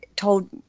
told